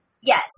Yes